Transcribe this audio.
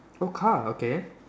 oh car okay